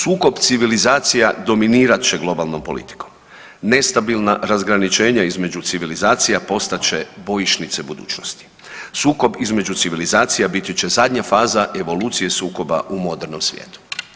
Sukob civilizacija dominirat će globalnom politikom, nestabilna razgraničenja između civilizacija postat će bojišnice budućnosti, sukob između civilizacija biti će zadnja faza evolucije sukoba u modernom svijetu.